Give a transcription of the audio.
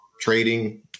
trading